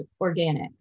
organic